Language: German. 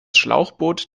schlauchboot